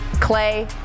Clay